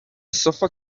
sofa